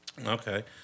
Okay